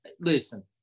listen